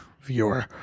viewer